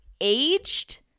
aged